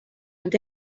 and